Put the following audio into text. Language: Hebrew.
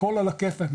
הכול על הכיף פק,